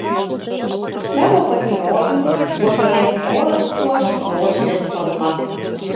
savo pasirodymus božolė choras puoš rožine spalva